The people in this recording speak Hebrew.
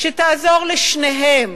שתעזור לשתיהן,